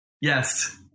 Yes